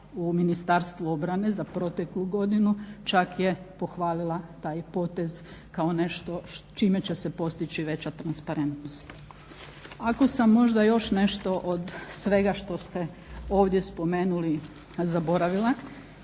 Ministarstvu obrane za proteklu godinu čak je pohvalila taj potez kao nešto čime će se postići veća transparentnost. Ako sam možda još nešto od svega što ste ovdje spomenuli zaboravila